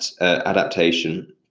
adaptation